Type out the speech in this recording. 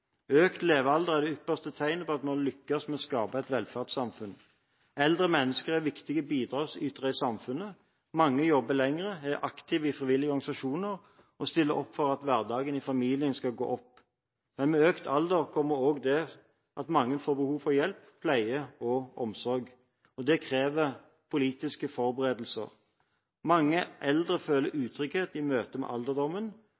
Økt levealder er det ypperste tegnet på at man lykkes med å skape et velferdssamfunn. Eldre mennesker er viktige bidragsytere i samfunnet. Mange jobber lenger, er aktive i frivillige organisasjoner og stiller opp for at hverdagen i familien skal gå opp. Men med økt alder kommer også det at mange får mange behov for hjelp, pleie og omsorg. Det krever politiske forberedelser. Mange eldre føler